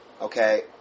Okay